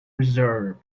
reserve